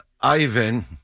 Ivan